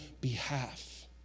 behalf